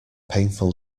painful